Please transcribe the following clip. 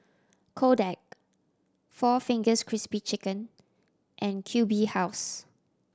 Kodak four Fingers Crispy Chicken and Q B House